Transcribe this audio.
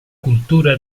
cultura